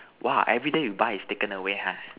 !wah! everyday you buy is taken away ha